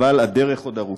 אבל הדרך עוד ארוכה.